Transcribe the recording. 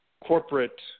corporate